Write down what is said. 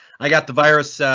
i got the virus. so